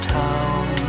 town